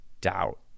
doubt